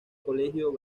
colegio